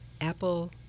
apple